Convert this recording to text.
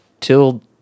till